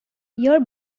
your